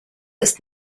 ist